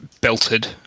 belted